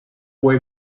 fue